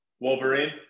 Wolverine